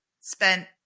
spent